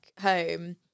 home